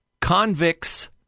convicts